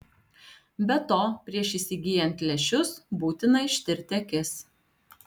be to prieš įsigyjant lęšius būtina ištirti akis